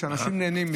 אנשים נהנים,